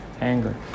anger